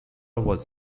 was